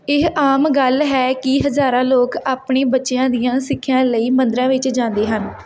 ਇਹ ਆਮ ਗੱਲ ਹੈ ਕਿ ਹਜ਼ਾਰਾਂ ਲੋਕ ਆਪਣੇ ਬੱਚਿਆਂ ਦੀਆਂ ਸਿੱਖਿਆ ਲਈ ਮੰਦਰਾਂ ਵਿੱਚ ਜਾਂਦੇ ਹਨ